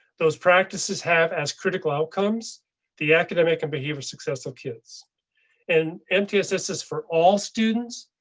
those practices have as critical outcomes the academic and behavior. successful kids and mtss is for all students.